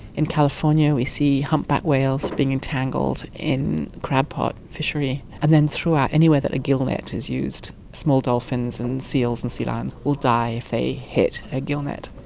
in california we see humpback whales being entangled in crab-pot fishery. and then throughout anywhere that a gillnet is used, small dolphins and seals and sea lions will die if they hit a gillnet.